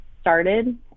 started